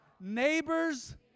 neighbors